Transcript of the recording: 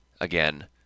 again